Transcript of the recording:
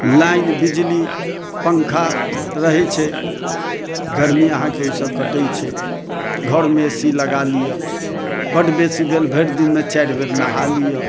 line बिजली पङ्खा रहैत छै गरमी अहाँकेँ ओहिसँ कटैत छै घरमे ए सी लगा लिअ बड बेसी भेल भरि दिनमे चारि बेर नहा लिअ